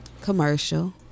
commercial